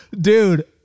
dude